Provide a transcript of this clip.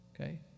Okay